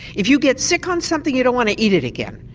if you get sick on something you don't want to eat it again,